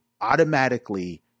automatically